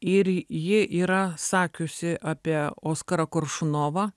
ir ji yra sakiusi apie oskarą koršunovą